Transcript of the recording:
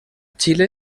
xile